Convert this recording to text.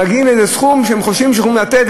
מגיעים לאיזה סכום שהם חושבים שהם יכולים לתת,